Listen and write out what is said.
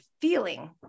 feeling